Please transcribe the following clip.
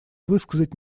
высказать